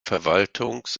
verwaltungs